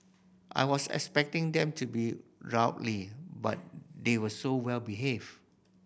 I was expecting them to be rowdy but they were so well behaved